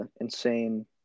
insane